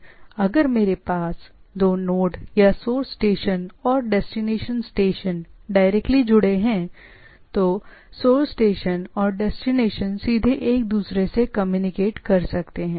इसका मतलब है अगर मेरे पास दो नोड या दो स्टेशनों डायरेक्टली जुड़े हैं अगर हम स्टेशन पर विचार करते हैं तो उस सोर्स स्टेशन और डेस्टिनेशन सीधे जुड़े हुए हैं तो वे सीधे एक दूसरे से कम्युनिकेट कर सकते हैं